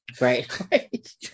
right